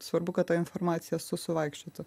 svarbu kad ta informacija su suvaikščiotų